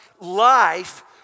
life